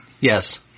Yes